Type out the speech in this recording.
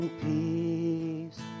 Peace